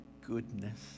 goodness